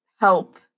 help